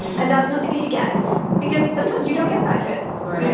and that's not the kid you get because sometimes you don't get that kid. right.